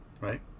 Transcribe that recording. right